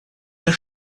der